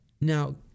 Now